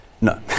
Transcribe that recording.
No